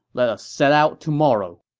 let's set out tomorrow.